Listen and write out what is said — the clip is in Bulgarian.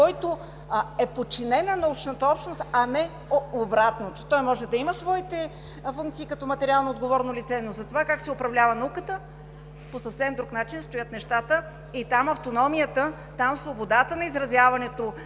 който е подчинен на научната общност, а не обратното. Той може да има своите функции като материално-отговорно лице, но за това как се управлява науката, нещата стоят по съвсем друг начин. Там автономията и свободата на изразяването,